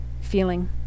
feeling